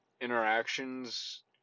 interactions